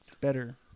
Better